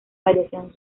variación